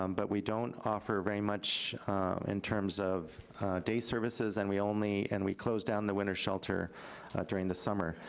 um but we don't offer very much in terms of day services and we only, and we close down the winter shelter during the summer.